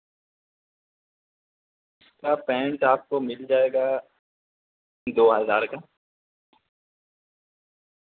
کا پینٹ آپ کو مل جائے گا دو ہزار کا